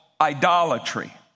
idolatry